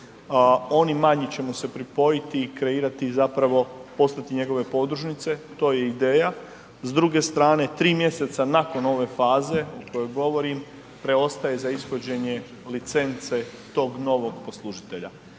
oni manji će mu se pripojiti i kreirati i zapravo postati njegove podružnice, to je ideja. S druge strane, 3. mjeseca nakon ove faze o kojoj govorim, preostaje za ishođenje licence tog novog poslužitelja.